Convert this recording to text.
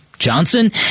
Johnson